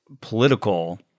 political